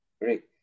great